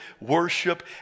worship